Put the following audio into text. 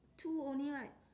two only right